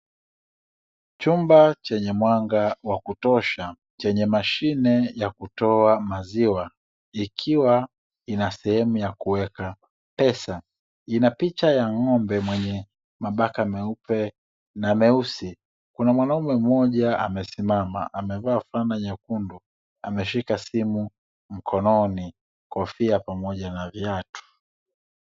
Chumba chenye mwanga wa kutosha, chenye mashine ya kutoa maziwa, ikiwa ina sehemu ya kuweka pesa, ina picha ya ng’ombe mwenye mabaka meupe na meusi. Kuna mwanaume mmoja amesimama amevaa fulana nyekundu, ameshika simu mkononi, kofia pamoja na viatu.